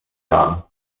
jan